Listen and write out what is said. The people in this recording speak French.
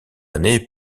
année